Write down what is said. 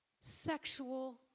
sexual